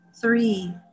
three